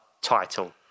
title